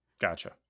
Gotcha